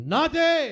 Nade